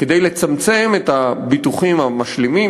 כדי לצמצם את הביטוחים המשלימים,